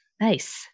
nice